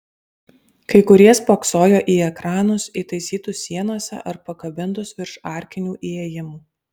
kai kurie spoksojo į ekranus įtaisytus sienose ar pakabintus virš arkinių įėjimų